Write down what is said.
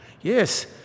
Yes